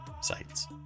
sites